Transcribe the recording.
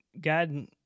God